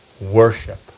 worship